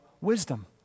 wisdom